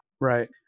Right